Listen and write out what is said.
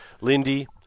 Lindy